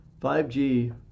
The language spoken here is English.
5G